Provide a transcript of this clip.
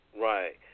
Right